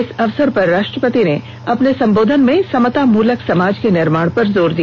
इस अवसर पर राष्ट्रपति ने अपने संबोधन में समतामुलक समाज के निर्माण पर जोर दिया